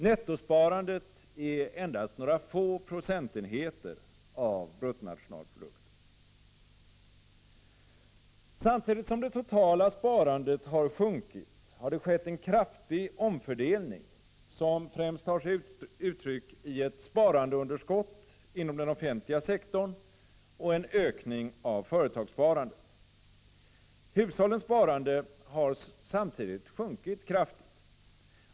Nettosparandet är endast några få procentenheter av bruttonationalprodukten. Samtidigt som det totala sparandet sjunkit har det skett en kraftig omfördelning, som främst tar sig uttryck i ett sparandeunderskott inom den offentliga sektorn och en ökning av företagssparandet. Även hushållens sparande har samtidigt sjunkit kraftigt.